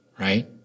Right